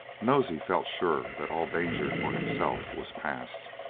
nosey felt sure that all danger for himself was passed,